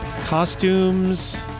Costumes